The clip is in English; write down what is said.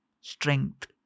Strength